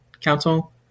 Council